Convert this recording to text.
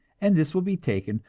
and this will be taken,